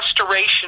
Restoration